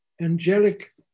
angelic